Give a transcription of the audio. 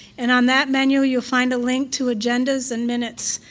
and on that menu you'll find a link to agendas and minutes.